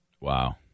wow